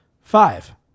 Five